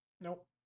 Nope